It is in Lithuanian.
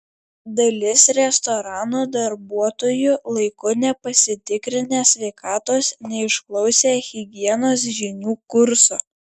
dalis restorano darbuotojų laiku nepasitikrinę sveikatos neišklausę higienos žinių kurso